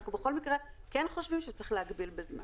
בכל מקרה, אנחנו כן חושבים שצריך להגביל בזמן.